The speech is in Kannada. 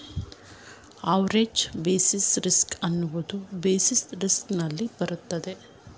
ಆವರೇಜ್ ಬೇಸಿಸ್ ರಿಸ್ಕ್ ಎನ್ನುವುದು ಬೇಸಿಸ್ ರಿಸ್ಕ್ ನಲ್ಲಿ ಬರುತ್ತದೆ